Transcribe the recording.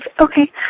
Okay